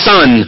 Son